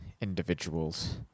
individuals